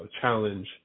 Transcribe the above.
challenge